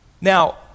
Now